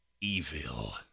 evil